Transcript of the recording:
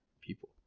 people